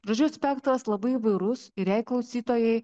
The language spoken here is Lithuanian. žodžiu spektras labai įvairus ir jei klausytojai